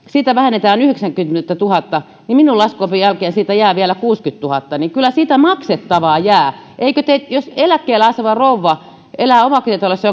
siitä vähennetään yhdeksänkymmentätuhatta niin minun laskuoppini jälkeen siitä jää vielä kuudennellakymmenennellätuhannennella kyllä siitä maksettavaa jää jos eläkkeellä oleva rouva asuu omakotitalossa